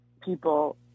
people